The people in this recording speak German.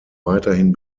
weiterhin